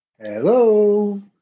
hello